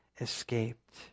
escaped